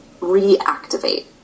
reactivate